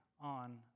on